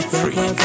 free